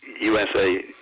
USA